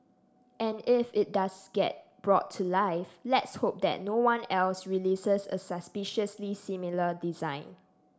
and if it does get brought to life let's hope that no one else releases a suspiciously similar design